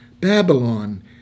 Babylon